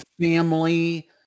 family